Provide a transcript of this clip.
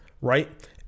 right